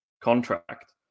contract